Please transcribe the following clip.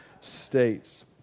states